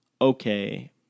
okay